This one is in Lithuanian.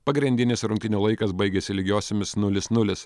pagrindinis rungtynių laikas baigėsi lygiosiomis nulis nulis